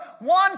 one